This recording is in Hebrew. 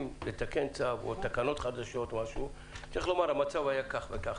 לתקן צו או תקנות חדשות צריך לומר שהמצב היה כך וכך,